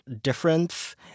difference